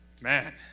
man